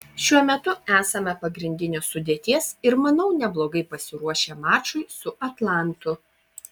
šiuo metu esame pagrindinės sudėties ir manau neblogai pasiruošę mačui su atlantu